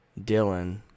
Dylan